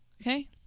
Okay